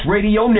Radio